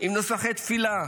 עם נוסחי תפילה,